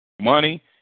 Money